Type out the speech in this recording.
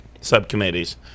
subcommittees